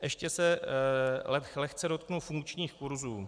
Ještě se lehce dotknu funkčních kurzů.